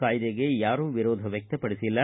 ಕಾಯ್ದೆಗೆ ಯಾರೂ ವಿರೋಧ ವ್ಯಕ್ತಪಡಿಸಿಲ್ಲ